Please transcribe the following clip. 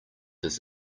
his